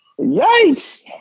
Yikes